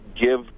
give